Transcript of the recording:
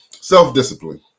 self-discipline